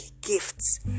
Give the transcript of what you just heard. gifts